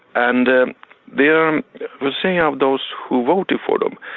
and ah they are saying ah of those who voted for them,